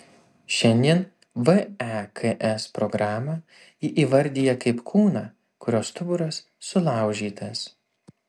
šiandien veks programą ji įvardija kaip kūną kurio stuburas sulaužytas